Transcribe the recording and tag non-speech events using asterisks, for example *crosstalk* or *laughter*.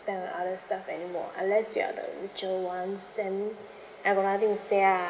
spend on other stuff anymore unless you are the richer ones then *breath* I got nothing to say lah